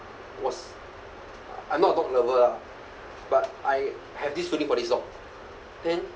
was I'm not a dog lover ah but I have this only for this dog then